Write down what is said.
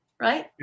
right